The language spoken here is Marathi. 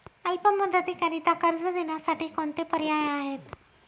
अल्प मुदतीकरीता कर्ज देण्यासाठी कोणते पर्याय आहेत?